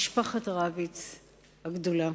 משפחת רביץ הגדולה,